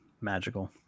magical